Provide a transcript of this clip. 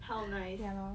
ya lor